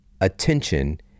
attention